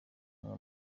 umwe